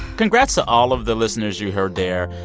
congrats to all of the listeners you heard there.